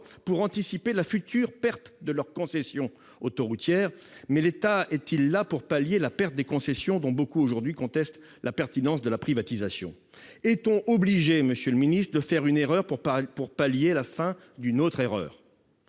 pour anticiper la future perte de leurs concessions. Mais l'État est-il là pour pallier la perte de ces concessions, alors que beaucoup contestent aujourd'hui la pertinence de ces privatisations ? Est-on obligé, monsieur le ministre, de faire une erreur pour pallier la fin d'une autre erreur ?